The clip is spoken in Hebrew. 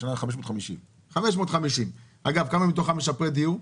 השנה 550. 550. אגב, כמה מתוכם משפרי דיור?